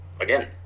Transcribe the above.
again